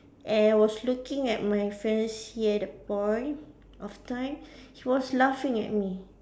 and I was looking at my fiance at that point of time he was laughing at me